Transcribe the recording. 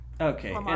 Okay